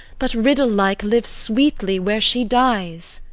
but, riddle-like, lives sweetly where she dies!